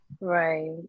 right